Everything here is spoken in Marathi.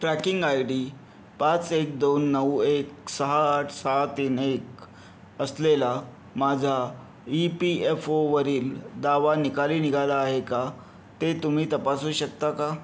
ट्रॅकिंग आय डी पाच एक दोन नऊ एक सहा आठ सहा तीन एक असलेला माझा ई पी एफ ओवरील दावा निकाली निघाला आहे का ते तुम्ही तपासू शकता का